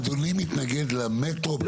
אדוני מתנגד למטרו בכלל?